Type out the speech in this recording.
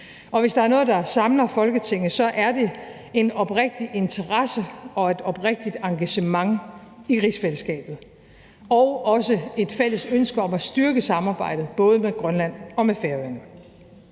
og hvis der er noget, der samler Folketinget, er det en oprigtig interesse og et oprigtigt engagement i rigsfællesskabet og også et fælles ønske om at styrke samarbejdet både med Grønland og med Færøerne.